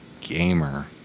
gamer